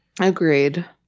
agreed